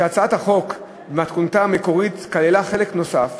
הצעת החוק במתכונתה המקורית כללה חלק נוסף,